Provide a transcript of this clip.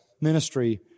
ministry